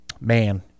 man